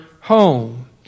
home